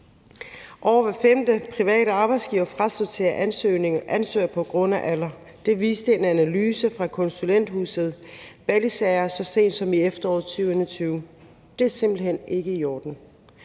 Over hver femte private arbejdsgiver frasorterer ansøgere på grund af alder. Det viste en analyse fra Konsulenthuset ballisager så sent som i efteråret 2021. Det er simpelt hen ikke i orden,